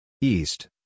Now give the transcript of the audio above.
East